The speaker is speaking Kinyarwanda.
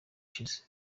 ushize